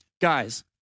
Guys